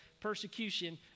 persecution